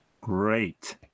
great